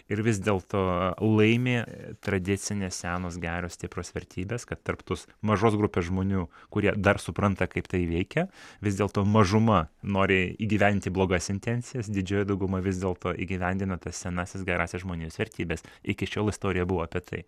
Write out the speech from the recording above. ir vis dėl to laimi tradicinės senos geros stiprios vertybės kad tarp tos mažos grupės žmonių kurie dar supranta kaip tai veikia vis dėlto mažuma nori įgyventi blogas intencijas didžioji dauguma vis dėlto įgyvendina tas senąsias gerąsias žmonijos vertybes iki šiol istorija buvo apie tai